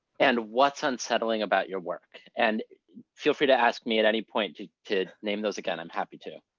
and what's unsettling about your work. and feel free to ask me at any point to to name those again, i'm happy to.